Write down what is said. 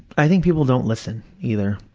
i think people don't listen either.